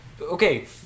okay